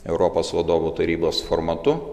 europos vadovų tarybos formatu